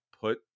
put